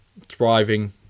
thriving